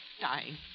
dying